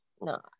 No